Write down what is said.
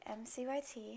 MCYT